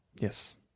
Yes